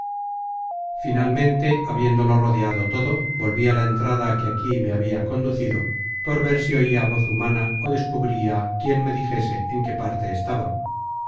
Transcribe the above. finalmente habiéndolo rodeado todo volví á la entrada que aquí me habia conducido por ver si oia voz humana ó descubria quién me dijese en qué parte estaba